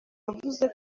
yavuze